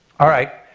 alright,